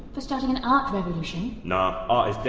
for starting an art revolution? nah, art